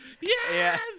Yes